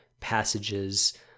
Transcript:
passages